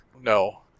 No